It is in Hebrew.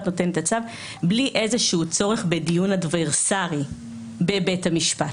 נותן את הצו בלי איזשהו צורך בדיון אדברסרי בבית המשפט.